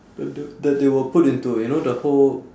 the the the they will put into you know the whole